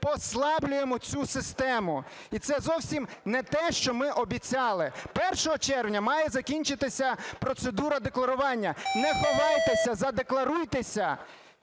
послаблюємо цю систему. І це зовсім не те, що ми обіцяли. 1 червня має закінчитися процедура декларування. Не ховайтеся, задекларуйтеся!